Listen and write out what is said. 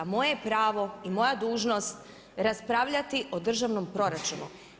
Moje je pravo i moja dužnost raspravljati o državnom proračunu.